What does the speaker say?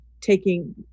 taking